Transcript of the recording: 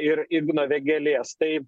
ir igno vėgėlės tai